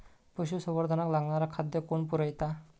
पशुसंवर्धनाक लागणारा खादय कोण पुरयता?